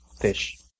fish